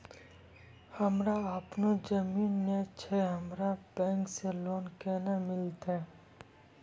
हमरा आपनौ जमीन नैय छै हमरा बैंक से लोन केना मिलतै?